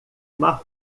uma